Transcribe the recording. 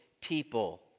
people